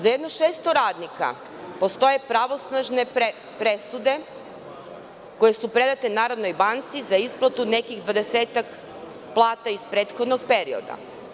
Za 600 radnika postoje pravosnažne presude koje su predate Narodnoj banci za isplatu nekih 20-ak plata iz prethodnog perioda.